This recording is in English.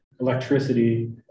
electricity